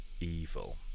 evil